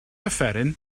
offeryn